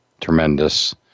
tremendous